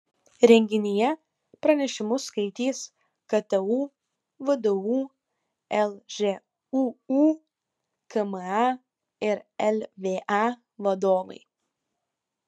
renginyje pranešimus skaitys ktu vdu lžūu kma ir lva vadovai